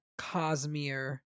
cosmere